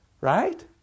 right